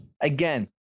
Again